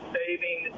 saving